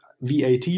VAT